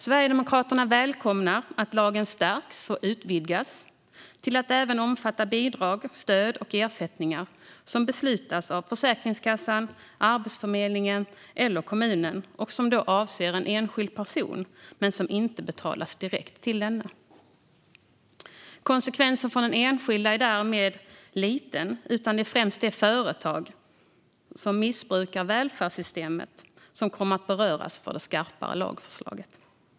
Sverigedemokraterna välkomnar att lagen stärks och utvidgas till att även omfatta bidrag, stöd och ersättningar som beslutas av Försäkringskassan, Arbetsförmedlingen eller kommunen och som avser en enskild person men inte betalas direkt till denna. Konsekvensen för den enskilda är därmed liten. Det är främst det företag som missbrukar välfärdssystemet som kommer att beröras av det skarpare lagförslaget.